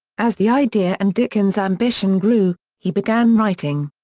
as the idea and dickens' ambition grew, he began writing.